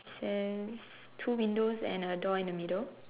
then two windows and a door in the middle